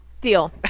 Deal